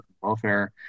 welfare